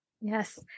Yes